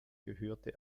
gehörte